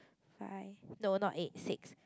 five no not eight six